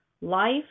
Life